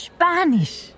Spanisch